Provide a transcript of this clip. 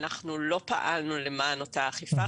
אנחנו לא פעלנו למען אותה אכיפה.